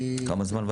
כמה זמן?